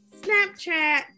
Snapchat